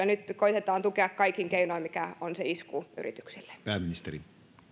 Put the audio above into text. nyt koetetaan tukea kaikin keinoin siinä mikä on se isku yrityksille